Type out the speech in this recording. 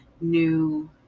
new